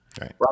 right